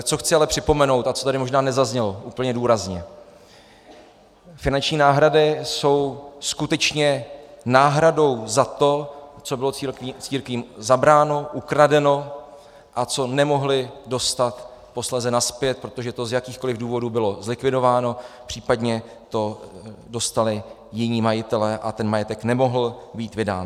Co chci ale připomenout a co tady možná nezaznělo úplně důrazně, finanční náhrady jsou skutečně náhradou za to, co bylo církvím zabráno, ukradeno a co nemohly dostat posléze nazpět, protože to z jakýchkoliv důvodů bylo zlikvidováno, případně to dostali jiní majitelé a ten majetek nemohl být vydán.